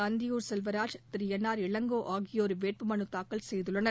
Anthiyur Selvaraj Thiru N R Elango ஆகியோர் வேட்புமனு தாக்கல் செய்துள்ளனர்